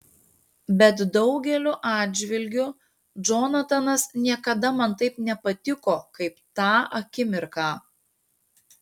bet daugeliu atžvilgių džonatanas niekada man taip nepatiko kaip tą akimirką